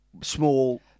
Small